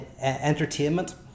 entertainment